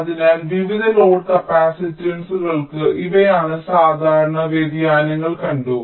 അതിനാൽ വിവിധ ലോഡ് കപ്പാസിറ്റൻസുകൾക്ക് ഇവയാണ് സാധാരണ വ്യതിയാനങ്ങൾ കണ്ടു